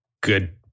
good